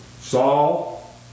Saul